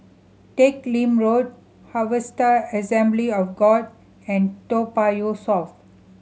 Teck Lim Road Harvester Assembly of God and Toa Payoh South